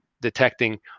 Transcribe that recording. detecting